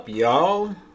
y'all